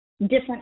different